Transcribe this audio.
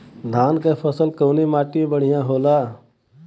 धान क फसल कवने माटी में बढ़ियां होला?